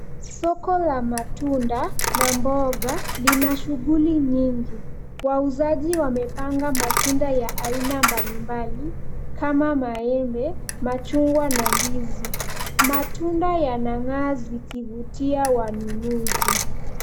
Soko la matunda na mboga lina shughuli nyingi. Wauzaji wamepanga matunda ya aina mbalimbali kama maemdbe, machungwa na ndizi. Matunda yanang'aa zikivutia wanunuzi.